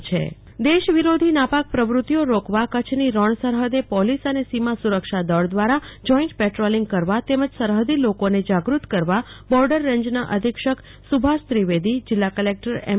કલ્પના શાહ રણ સરહદે સંયુક્ત કવાયત દેશ વિરોધી નાપાક પ્રવૃતિઓ રોકવા કચ્છની રણ સરહદે પોલીસ અને સીમા સુરક્ષા દળ દ્વારા જોઈન્ટ પેટ્રોલિંગ કરવા તેમજ સરહદી લોકોને જાગૃત કરવા બોર્ડર રેન્જના અધિક્ષક સુભાષ ત્રિવેદી જિલ્લા કલેકટર એમ